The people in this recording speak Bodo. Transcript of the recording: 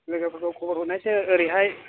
लोगोफोरखौ खबर हरनायसै ओरैहाय